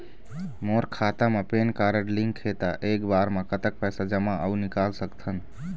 मोर खाता मा PAN card link हे ता एक बार मा कतक पैसा जमा अऊ निकाल सकथन?